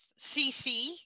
cc